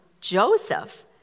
Joseph